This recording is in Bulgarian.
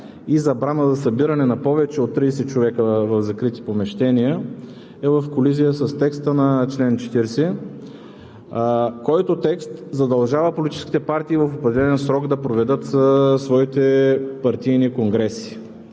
и забрана за събиране на повече от тридесет човека в закрити помещения, е в колизия с текста на чл. 40, който текст задължава политическите партии в определен срок да проведат своите партийни конгреси.